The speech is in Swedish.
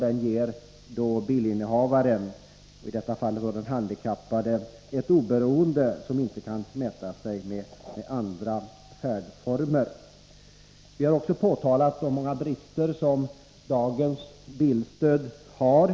Den ger bilinnehavaren — i detta fall den handikappade — ett oberoende som ofta inte kan uppnås genom andra medel. Vi har inom kommittén påtalat de många brister som dagens bilstöd har.